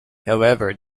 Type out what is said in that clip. however